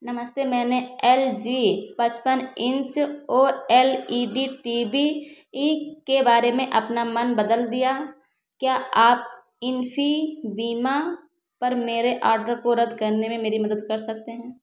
नमस्ते मैंने L G पचपन inch O L E D T V के बारे में अपना मन बदल लिया क्या आप इन्फीबीमा पर मेरे ऑर्डर को रद्द करने में मेरी मदद कर सकते हैं